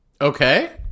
Okay